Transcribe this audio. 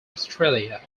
australia